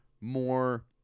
more